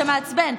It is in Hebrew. זה מעצבן.